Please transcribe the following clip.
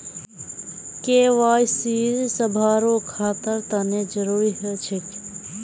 KYC सभारो खातार तने जरुरी ह छेक